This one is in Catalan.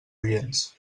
oients